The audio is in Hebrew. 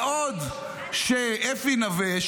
בעוד שאפי נווה,